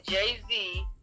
Jay-Z